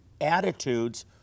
attitudes